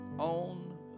On